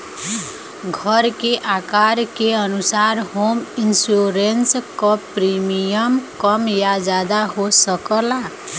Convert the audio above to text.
घर के आकार के अनुसार होम इंश्योरेंस क प्रीमियम कम या जादा हो सकला